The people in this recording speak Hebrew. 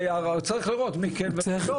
צריך לראות מי כן ומי לא.